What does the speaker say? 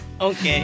Okay